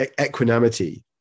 equanimity